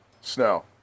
snow